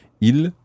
Il